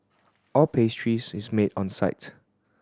all pastries is made on site